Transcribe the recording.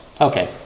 okay